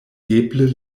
eble